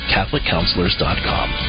CatholicCounselors.com